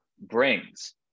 brings